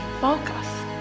focus